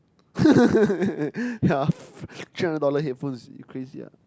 ya three hundred dollar headphones you crazy ah